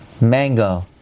mango